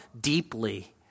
deeply